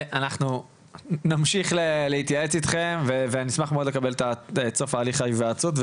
אנחנו נמשיך להתייעץ אתכם ונשמח מאוד לקבל את סיכום תהליך ההיוועצות,